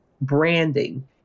branding